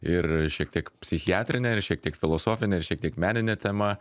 ir šiek tiek psichiatrine ir šiek tiek filosofine ir šiek tiek menine tema